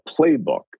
playbook